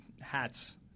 hats